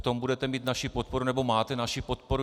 Tam budete mít naši podporu nebo máte naši podporu.